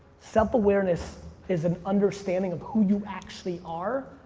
self-awareness is an understanding of who you actually are,